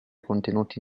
contenuti